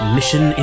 Mission